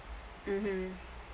mmhmm